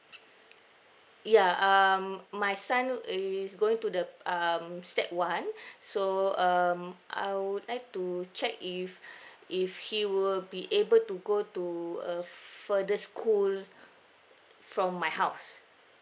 ya um my son is going to the um sec one so um I would like to check if if he will be able to go to a further school from my house